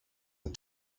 and